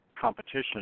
competition